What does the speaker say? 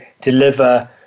deliver